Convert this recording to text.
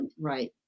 Right